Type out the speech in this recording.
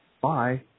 Bye